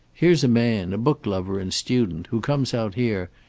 here's a man, a book-lover and student, who comes out here,